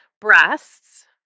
breasts